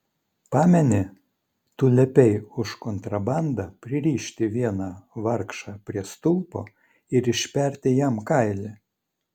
pameni tu liepei už kontrabandą pririšti vieną vargšą prie stulpo ir išperti jam kailį